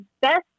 Best